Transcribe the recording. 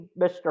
Mr